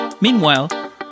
Meanwhile